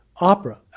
opera